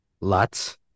lots